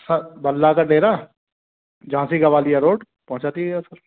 sir बल्ला का डेरा झाँसी ग्वालियर रोड पहुँचा दीजिएगा सर